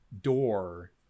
door